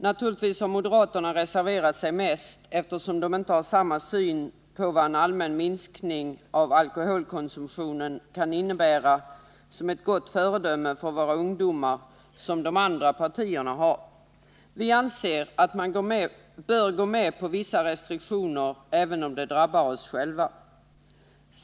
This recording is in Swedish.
Naturligtvis har moderaterna reserverat sig mest, eftersom de inte har samma syn på vad en allmän minskning av alkoholkonsumtionen kan innebära som ett gott föredöme för våra ungdomar som de andra partierna har. Vi anser att man bör gå med på vissa restriktioner även om de drabbar oss själva.